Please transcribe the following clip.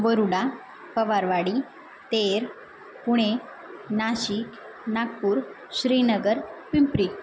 Varuda Pawarwadi Ter Pune Nashik Nagpur Srinagar Pimpri